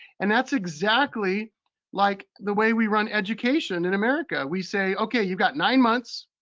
and that's exactly like the way we run education in america. we say, okay, you've got nine months,